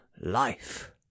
life